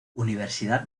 universidad